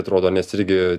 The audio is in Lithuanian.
atrodo nes irgi